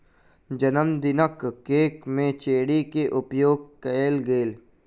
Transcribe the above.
जनमदिनक केक में चेरी के उपयोग कएल गेल